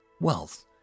wealth